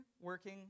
working